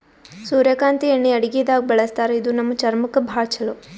ಸೂರ್ಯಕಾಂತಿ ಎಣ್ಣಿ ಅಡಗಿದಾಗ್ ಬಳಸ್ತಾರ ಇದು ನಮ್ ಚರ್ಮಕ್ಕ್ ಭಾಳ್ ಛಲೋ